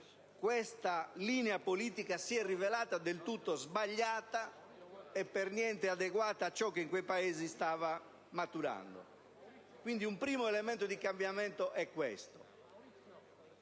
Questa linea politica si è rivelata del tutto errata e per niente adeguata a ciò che in quei Paesi stava maturando. Questo, quindi, è un primo elemento di cambiamento.